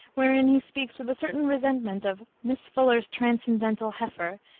wherein he speaks with a certain resentment of miss fuller's transcendental heifer,